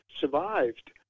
survived